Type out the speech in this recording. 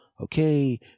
Okay